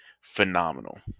phenomenal